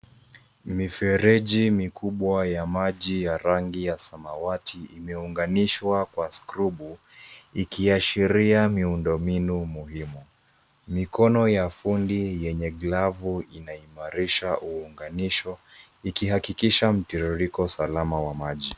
Mifereji mikubwa ya maji ya rangi ya samawati imeunganishwa Kwa skrubu ikiashiria miundombinu muhimu. Mikono ya fundi yenye glavu inaimarisha uunganisho. Ikihakikisha mtiririko salama wa maji.